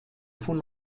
von